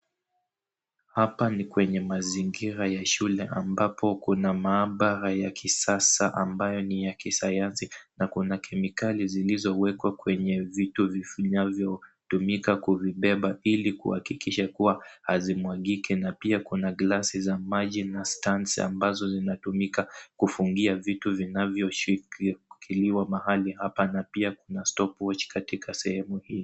Hapa ni kwenye mazingira ya shule ambapo kuna maabara ya kisasa ambayo ni ya kisayansi. Na kuna kemikali zilizowekwa kwenye vito vinavyotumika kuvibeba ili kuhakikisha kuwa hazimwagiki. Na pia kuna gilasi za maji na stands ambazo zinatumika kufungia vitu vinavyoshikiliwa mahali hapa na pia kuna stopwatch katika sehemu hii.